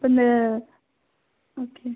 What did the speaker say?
அந்த okay sir